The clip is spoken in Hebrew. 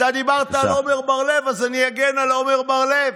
אתה דיברת על עמר בר לב, אז אני אגן על עמר בר לב,